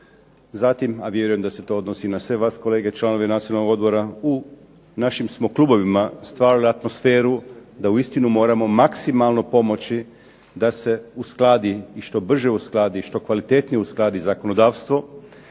zatim, a vjerujem da se to odnosi i na sve vas kolege članovi Nacionalnog odbora. U našim smo klubovima stvarali atmosferu da uistinu moramo maksimalno pomoći da se uskladi i što brže uskladi i što kvalitetnije uskladi zakonodavstvo